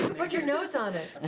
it. put your nose on it.